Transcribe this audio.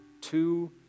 two